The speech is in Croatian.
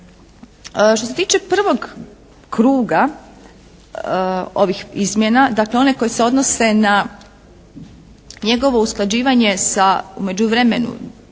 Što se tiče prvog kruga ovih izmjena dakle, onih koji se odnose njegovo usklađivanje sa u međuvremenu